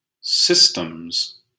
systems